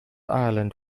island